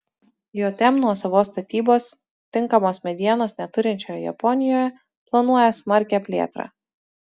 jm nuosavos statybos tinkamos medienos neturinčioje japonijoje planuoja smarkią plėtrą